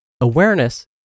Awareness